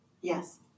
Yes